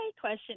question